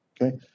Okay